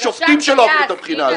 יש שופטים שלא עברו את הבחינה הזאת.